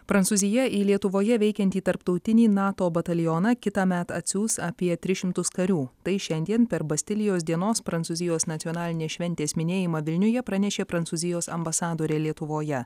prancūzija į lietuvoje veikiantį tarptautinį nato batalioną kitąmet atsiųs apie tris šimtus karių tai šiandien per bastilijos dienos prancūzijos nacionalinės šventės minėjimą vilniuje pranešė prancūzijos ambasadorė lietuvoje